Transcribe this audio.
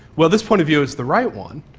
well, this point of view is the right one,